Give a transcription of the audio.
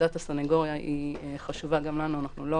עמדת הסנגוריה חשובה גם לנו, אנחנו לא